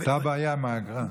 אותה בעיה עם האגרה.